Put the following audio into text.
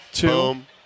boom